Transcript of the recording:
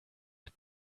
mit